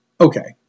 okay